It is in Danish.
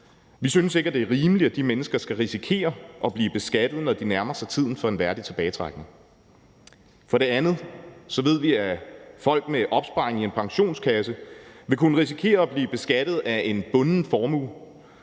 Vi synes ikke, at det er rimeligt, at de mennesker skal risikere at blive beskattet, når de nærmer sig tiden for en værdig tilbagetrækning. For det andet ved vi, at folk med opsparing i en pensionskasse vil kunne risikere at blive beskattet af en bunden formue.